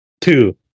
Two